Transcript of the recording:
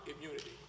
immunity